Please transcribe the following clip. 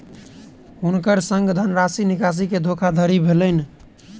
हुनकर संग धनराशि निकासी के धोखादड़ी भेलैन